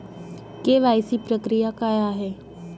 KYC प्रक्रिया काय आहे?